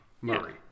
Murray